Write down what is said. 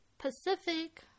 Pacific